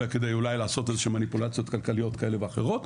אלא כדי אולי לעשות איזושהי מניפולציות כלכליות כאלה ואחרות,